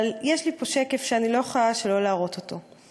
אבל יש לי פה שקף שאני לא יכולה שלא להראות אותו.